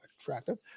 attractive